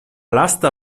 lasta